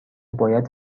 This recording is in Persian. باید